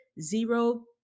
zero